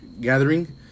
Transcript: gathering